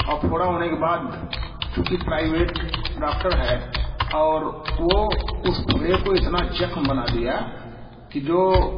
अब फोड़ा होने के बाद चूँकि प्राइवेट डॉक्टर है और वो उस फोड़े को इतना जख्म बना दिया की जो